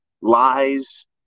lies